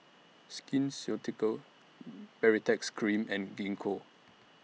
Skin Ceuticals Baritex Cream and Gingko